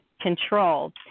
control